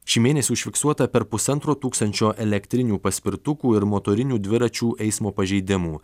šį mėnesį užfiksuota per pusantro tūkstančio elektrinių paspirtukų ir motorinių dviračių eismo pažeidimų